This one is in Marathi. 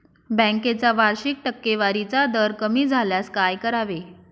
बँकेचा वार्षिक टक्केवारीचा दर कमी झाल्यास काय करावे?